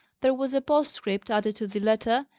there was a postscript added to the letter,